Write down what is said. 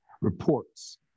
reports